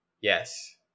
Yes